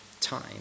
time